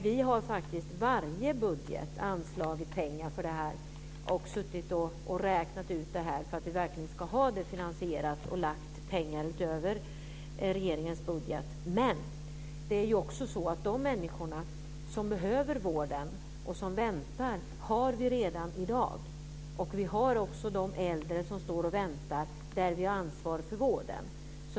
Vi har faktiskt i varje budget anslagit pengar för detta, suttit och räknat så att vi verkligen ska ha det finansierat och lagt pengar utöver regeringens budget. Men de människor som behöver vården och som väntar har vi ju redan i dag. Vi har också de äldre som står och väntar där vi har ansvar för vården.